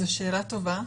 זאת שאלה טובה.